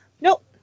Nope